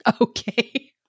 Okay